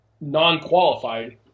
non-qualified